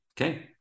Okay